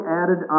added